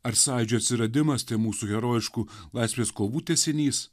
ar sąjūdžio atsiradimas tai mūsų herojiškų latvijos kovų tęsinys